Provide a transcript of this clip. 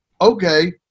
Okay